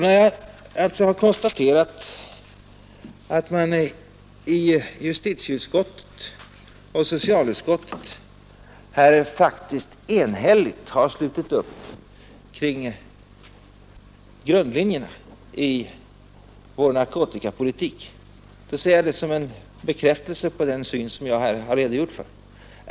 f När jag alltså har konstaterat att man i justitieutskottet och socialutskottet faktiskt enhälligt har slutit upp kring grundlinjerna i vår narkotikapolitik, så ser jag det som en bekräftelse på den syn som jag här har redogjort för.